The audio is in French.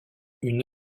une